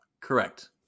Correct